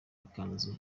ikanzu